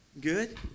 Good